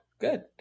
Good